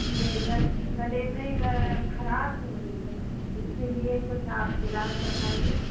ये गले में खरास हो रही है इसके लिए कुछ आप ईलाज बताइए